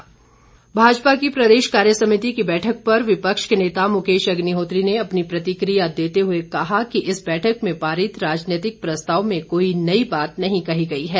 मुकेश अग्निहोत्री भाजपा की प्रदेश कार्यसमिति की बैठक पर विपक्ष के नेता मुकेश अग्निहोत्री ने अपनी प्रतिकिया देते हुए कहा कि इस बैठक में पारित राजनैतिक प्रस्ताव में कोई नई बात नहीं कही गई है